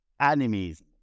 enemies